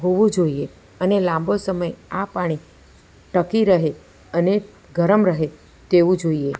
હોવું જોઈએ અને લાંબો સમય આ પાણી ટકી રહે અને ગરમ રહે તેવું જોઈએ